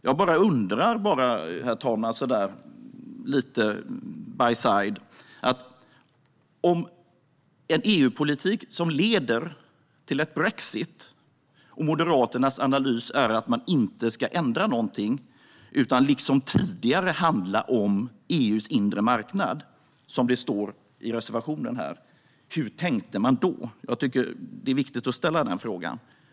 Jag bara undrar, lite by side: En EU-politik som leder till ett brexit, och Moderaternas analys är att man inte ska ändra på någonting - det ska liksom tidigare handla om EU:s inre marknad, som det står i reservationen - hur tänkte de då? Det är viktigt att ställa den frågan.